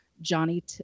Johnny